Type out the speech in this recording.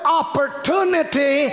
opportunity